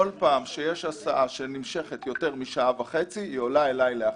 בכל פעם שיש הסעה שנמשכת יותר משעה וחצי היא עולה אלי להחלטה.